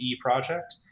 project